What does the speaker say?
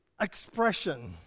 expression